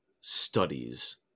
studies